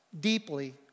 deeply